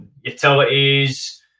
utilities